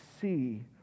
see